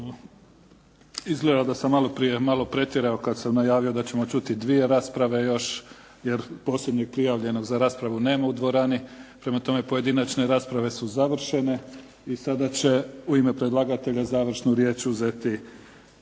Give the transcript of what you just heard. Izgleda da sam maloprije malo pretjerao kad sam najavio da ćemo čuti dvije rasprave još, jer posljednjeg prijavljenog za raspravu nema u dvorani. Prema tome, pojedinačne rasprave su završene. I sada će u ime predlagatelje završnu riječ uzeti